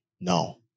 No